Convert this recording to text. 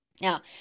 Now